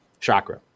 Chakra